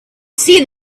see